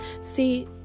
See